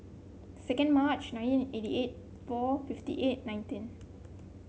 second March nineteen eighty eight four fifty eight nineteen